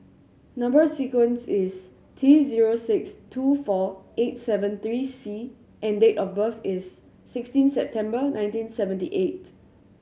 number sequence is T zero six two four eight seven three C and date of birth is sixteen September nineteen seventy eight